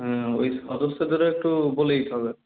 হুম ওই সদস্যদেরও একটু বলে দিতে হবে